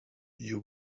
you